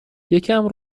یکم